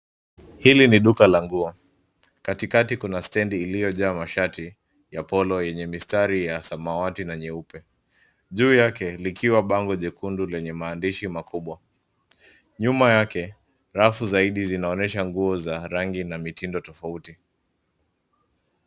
Hili ni duka la nguo. Katikati kuna stendi iliyojaa mashati ya polo yenye mistari ya samawati na nyeupe. Juu yake likiwa bango jekundu lenye maandishi makubwa. Nyuma yake rafu zaidi zinaonyesha nguo za rangi na mitindo tofauti.